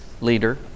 leader